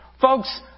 Folks